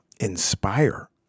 inspire